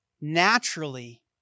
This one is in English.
naturally